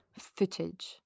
footage